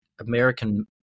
American